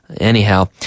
Anyhow